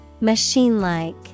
Machine-like